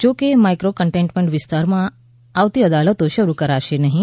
જોકે micro containment વિસ્તારમાં આવતી અદાલતો શરૂ કરાશે નહીં